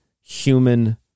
human